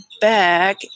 back